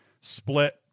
split